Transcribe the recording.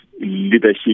leadership